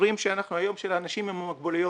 מציינים את יום האנשים עם המוגבלויות.